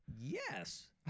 Yes